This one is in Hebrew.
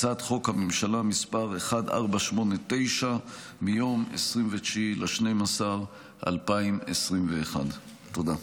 הצעת חוק הממשלה מס' 1489 מיום 29 בדצמבר 2021. תודה.